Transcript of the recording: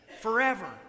forever